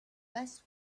best